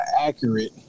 accurate